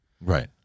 Right